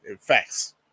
Facts